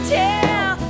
tell